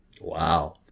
Wow